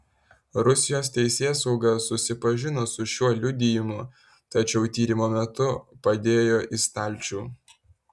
rusijos teisėsauga susipažino su šiuo liudijimu tačiau tyrimo metu padėjo į stalčių